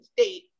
State